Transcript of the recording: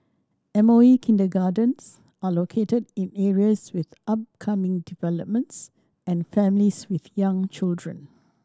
M O E kindergartens are located in areas with upcoming developments and families with young children